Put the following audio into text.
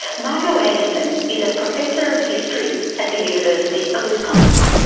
margo anderson is a professor of history at the university of wisconsin.